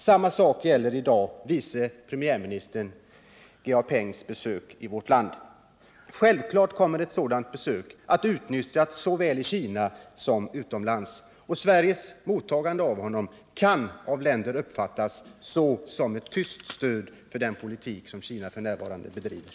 Samma sak gäller i dag vice premiärminis ärminister att besöka Sverige tern Geng Biaos besök i vårt land. Självklart kommer ett sådant besök att utnyttjas såväl i Kina som i andra länder, och Sveriges mottagande av honom kan uppfattas som ett tyst stöd för den politik som Kina f. n. bedriver.